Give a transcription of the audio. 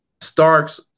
Starks